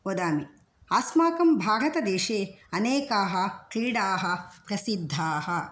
वदामि अस्माकं भारतदेशे अनेकाः क्रीडाः प्रसिद्धाः